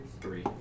Three